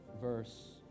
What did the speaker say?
verse